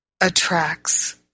attracts